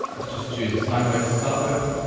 let's just choose a sine wave to start with,